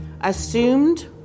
assumed